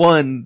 One